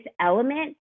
element